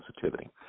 sensitivity